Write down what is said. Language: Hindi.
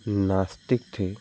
नास्तिक थे